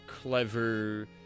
clever